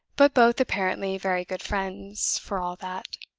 but both, apparently, very good friends, for all that.